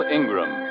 Ingram